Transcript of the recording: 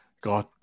God